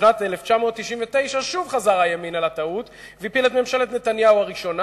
בשנת 1999 חזר הימין על הטעות והפיל את ממשלת נתניהו הראשונה,